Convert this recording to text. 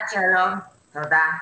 יפעת, שלום, תודה.